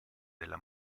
della